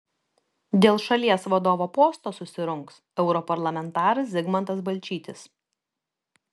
dėl šalies vadovo posto susirungs europarlamentaras zigmantas balčytis